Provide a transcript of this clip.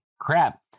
crap